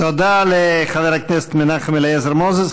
תודה לחבר הכנסת מנחם אליעזר מוזס.